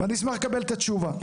ואני אשמח לקבל את התשובה.